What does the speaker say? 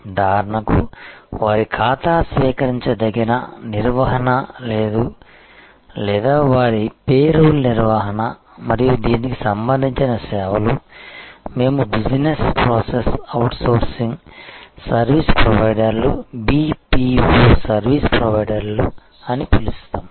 ఉదాహరణకు వారి ఖాతా స్వీకరించదగిన నిర్వహణ లేదా వారి పేరోల్ నిర్వహణ మరియు దీనికి సంబంధించిన సేవలు మేము బిజినెస్ ప్రాసెస్ అవుట్సోర్సింగ్ సర్వీస్ ప్రొవైడర్లు BPO సర్వీస్ ప్రొవైడర్లు అని పిలుస్తాము